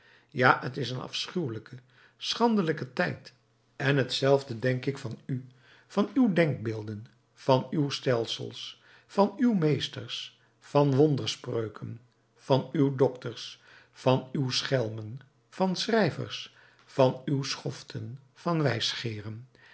ja t is een afschuwelijke schandelijke tijd en hetzelfde denk ik van u van uw denkbeelden van uw stelsels van uw meesters van wonderspreuken van uw dokters van uw schelmen van schrijvers van uw schoften van